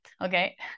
Okay